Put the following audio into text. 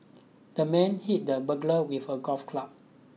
the man hit the burglar with a golf club